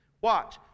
watch